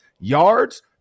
Yards